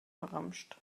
verramscht